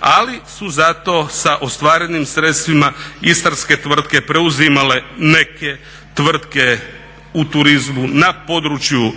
Ali su zato sa ostvarenim sredstvima istarske tvrtke preuzimale neke tvrtke u turizmu na području